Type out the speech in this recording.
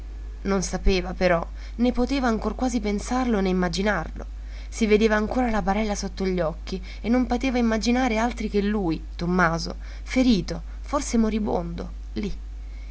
non sapeva però né poteva ancor quasi pensarlo né immaginario si vedeva ancora la barella sotto gli occhi e non poteva immaginare altri che lui tommaso ferito forse moribondo lì